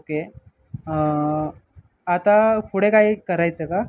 okay आता पुढे काय करायचं का